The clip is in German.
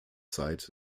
zeit